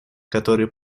который